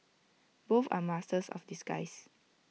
both are masters of disguise